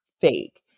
fake